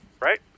right